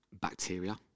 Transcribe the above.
bacteria